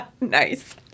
Nice